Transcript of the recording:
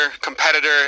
competitor